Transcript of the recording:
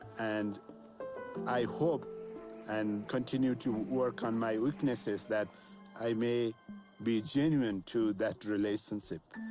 and i hope and continue to work on my weaknesses that i may be genuine to that relationship,